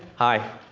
hi,